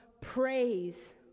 praise